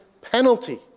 penalty